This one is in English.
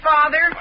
Father